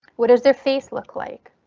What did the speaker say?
what does their face look like?